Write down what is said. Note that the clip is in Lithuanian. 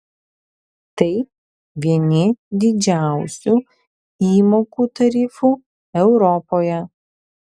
tai vieni didžiausių įmokų tarifų europoje